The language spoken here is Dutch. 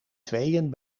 tweeën